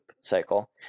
cycle